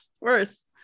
Worse